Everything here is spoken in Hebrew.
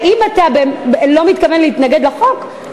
אם אתה לא מתכוון להתנגד לחוק,